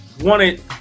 wanted